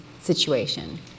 situation